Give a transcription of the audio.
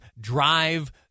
drive